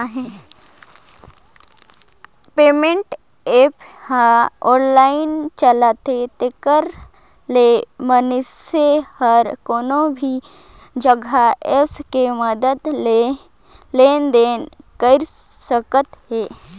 payment app ह online चलथे तेखर ले मइनसे हर कोनो भी जघा ऐप के मदद ले लेन देन कइर सकत हे